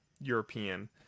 European